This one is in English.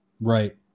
Right